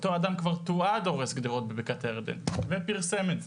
אותו אדם כבר תועד הורס גדרות בבקעת הירדן ופרסם את זה,